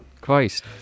Christ